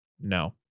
No